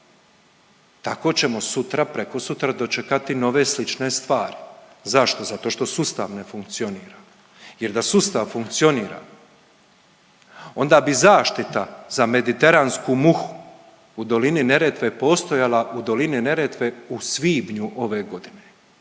tako ćemo sutra-prekosutra dočekati nove slične stvari. Zašto? Zato što sustav ne funkcionira jer da sustav funkcionira, onda bi zaštita za mediteransku muhu u dolini Neretve postojala, u dolini Neretve u svibnju ove godine